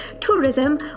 tourism